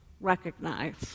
recognize